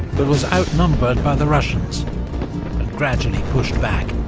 but was outnumbered by the russians, and gradually pushed back.